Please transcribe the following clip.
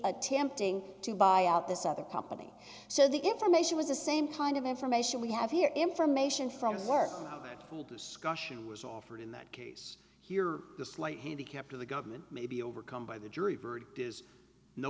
attempting to buy out this other company so the information was the same kind of information we have here information from work from the discussion was offered in that case you're just like he kept the government may be overcome by the jury verdict is no